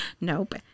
nope